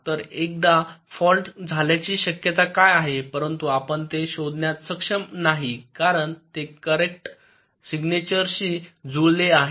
तर एखादा फॉल्ट झाल्याची शक्यता काय आहे परंतु आपण ते शोधण्यात सक्षम नाही कारण ते करेक्ट सिग्नेचरशी जुळले आहे